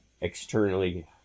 externally